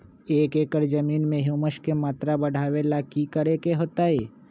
एक एकड़ जमीन में ह्यूमस के मात्रा बढ़ावे ला की करे के होतई?